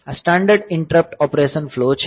આ standard interrupt operation flow છે